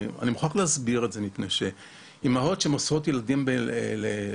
אני מוכרח להסביר את זה מפני שאימהות שמוסרות ילדים לאימוץ,